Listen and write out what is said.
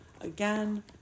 Again